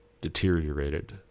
deteriorated